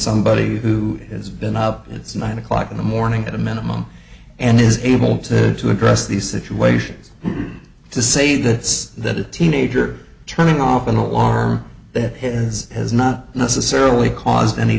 somebody who has been up it's nine o'clock in the morning at a minimum and is able to to address these situations to say this that a teenager turning off an alarm that is has not necessarily caused any